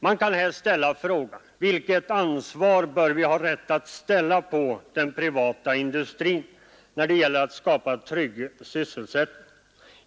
Man kan här ställa frågan: Vilket ansvar bör vi ha rätt att ställa på den privata industrin när det gäller att skapa trygghet i sysselsättningen?